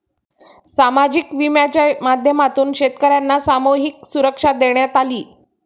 सामाजिक विम्याच्या माध्यमातून शेतकर्यांना सामूहिक सुरक्षा देण्यात आली